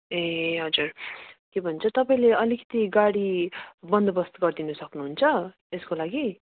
ए हजुर के भन्छ तपाईँले अलिकति गाडी बन्दोबस्त गरिदिनु सक्नुहुन्छ यसको लागि